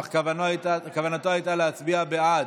אך כוונתו הייתה להצביע בעד.